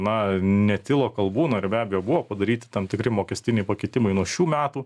na netilo kalbų na ir be abejo buvo padaryti tam tikri mokestiniai pakeitimai nuo šių metų